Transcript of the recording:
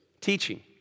Teaching